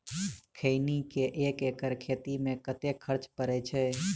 खैनी केँ एक एकड़ खेती मे कतेक खर्च परै छैय?